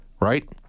right